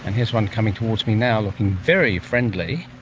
and he's one coming towards me now looking very friendly.